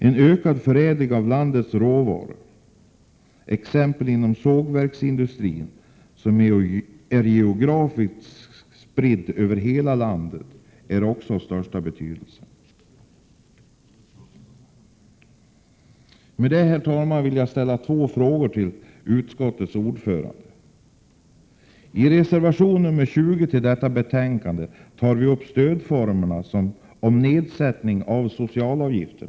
En ökad förädling av landets råvaror, t.ex. inom sågverksindustrin, som är geografiskt spridd över hela landet, är också av största betydelse. Jag vill, herr talman, ställa två frågor till utskottets ordförande. I reservation nr 20 till detta betänkande tar vi upp stödformen nedsättning av socialavgifter.